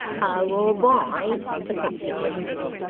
i will abide the consequences